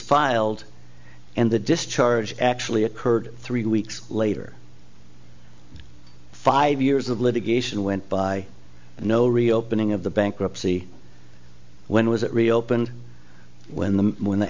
filed and the discharge actually occurred three weeks later five years of litigation went by and no reopening of the bankruptcy when was it reopened when the when the